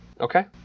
Okay